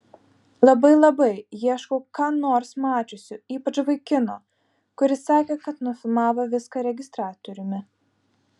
labai labai ieškau ką nors mačiusių ypač vaikino kuris sakė kad nufilmavo viską registratoriumi